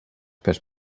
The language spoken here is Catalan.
pels